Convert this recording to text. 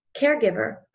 caregiver